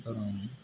அப்புறம்